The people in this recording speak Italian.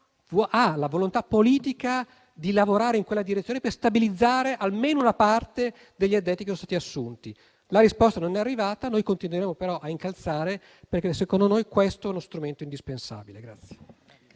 ha la volontà politica di lavorare in quella direzione per stabilizzare almeno una parte degli addetti che sono stati assunti. La risposta non è arrivata, però noi continueremo a incalzare, perché secondo noi questo è uno strumento indispensabile.